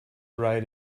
write